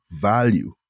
value